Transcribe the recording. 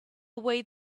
away